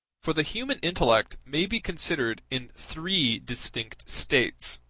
for the human intellect may be considered in three distinct states,